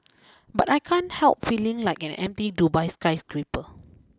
but I can't help feeling like an empty Dubai skyscraper